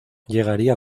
llegaría